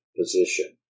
position